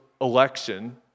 election